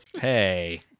Hey